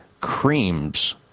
creams